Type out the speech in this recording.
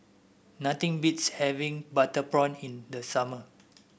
nothing beats having Butter Prawn in the summer